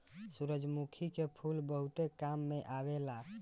सूरजमुखी के फूल बहुते काम में आवेला